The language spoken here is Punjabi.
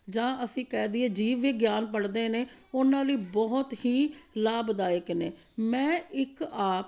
ਜਾਂ ਅਸੀਂ ਕਹਿ ਦੇਈਏ ਜੀਵ ਵਿਗਿਆਨ ਪੜ੍ਹਦੇ ਨੇ ਉਹਨਾਂ ਲਈ ਬਹੁਤ ਹੀ ਲਾਭਦਾਇਕ ਨੇ ਮੈਂ ਇੱਕ ਆਪ